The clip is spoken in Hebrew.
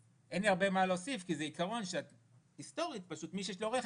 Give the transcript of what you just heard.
אין לי הרבה מה להוסיף כי זה עיקרון היסטורי שמי שיש לו רכב